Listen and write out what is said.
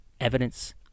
Evidence